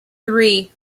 three